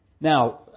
Now